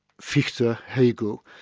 fichte, ah hegel,